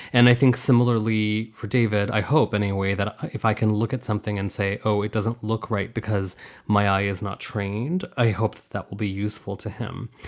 and i think similarly for david, i hope anyway, that if i can look at something and say, oh, it doesn't look right because my eye is not trained, i hope that will be useful to him.